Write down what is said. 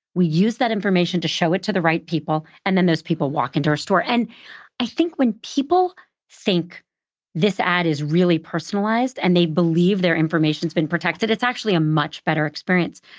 we use that information to show it to the right people, and then those people walk into her store. and i think when people think this ad is really personalized and they believe their information's been protected, it's actually a much better experience.